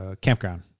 campground